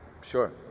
Sure